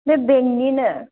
बे बेंकनिनो